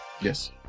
Yes